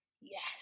Yes